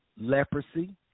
leprosy